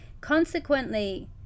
Consequently